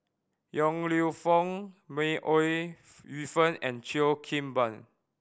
Yong Lew Foong May Ooi Yu Fen and Cheo Kim Ban